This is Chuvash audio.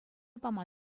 пама